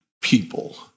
people